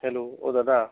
hello অ দাদা